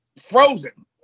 frozen